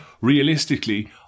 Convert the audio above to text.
realistically